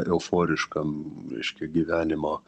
euforiška m reiškia gyvenimo